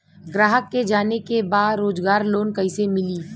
ग्राहक के जाने के बा रोजगार लोन कईसे मिली?